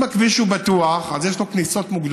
אם הכביש הוא בטוח, אז יש לו כניסות מוגדרות,